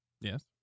Yes